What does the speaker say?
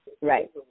right